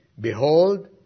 Behold